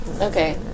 Okay